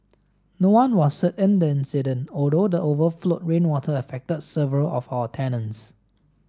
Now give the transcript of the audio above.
no one was hurt in the incident although the overflowed rainwater affected several of our tenants